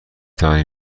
توانی